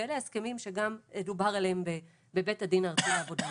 ואלה גם ההסכמים שדובר עליהם בבית הדין הארצי לעבודה.